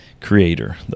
creator